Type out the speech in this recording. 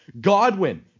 Godwin